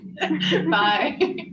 Bye